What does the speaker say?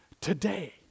Today